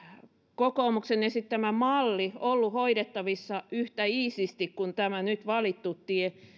kokoomuksen esittämä malli ollut hoidettavissa yhtä iisisti kuin tämä nyt valittu tie